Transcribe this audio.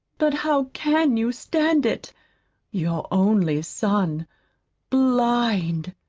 but how can you stand it your only son blind!